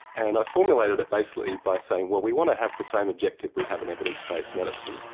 and i formulated it basically by saying, well, we want to have the same objective we have in evidence-based medicine,